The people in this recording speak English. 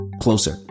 closer